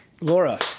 Laura